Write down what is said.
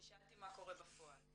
אני שאלתי מה קורה בפועל.